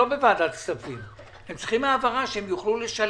לא בוועדת כספים אלא הם צריכים העברה כדי שהם יוכלו לשלם.